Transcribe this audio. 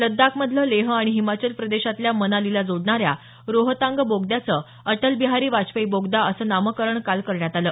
लद्दाख मधलं लेह आणि हिमाचल प्रदेशातल्या मनालीला जोडणाऱ्या रोहतांग बोगद्याचं अटल बिहारी वाजपेयी बोगदा असं नामकरण काल करण्यात आलं